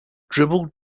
dribbled